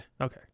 Okay